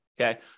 Okay